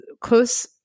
close